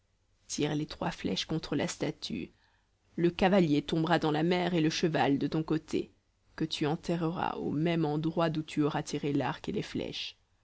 tire les trois flèches contre la statue le cavalier tombera dans la mer et le cheval de ton côté que tu enterreras au même endroit d'où tu auras tiré l'arc et les flèches